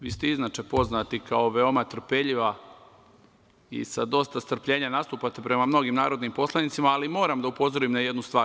Vi ste inače poznati kao veoma trpeljiva i sa dosta strpljenja nastupate prema mnogim narodnim poslanicima, ali moram da upozorim na jednu stvar.